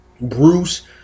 Bruce